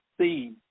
see